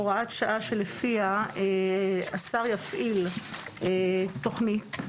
הוראת שעה שלפיה השר יפעיל תוכנית,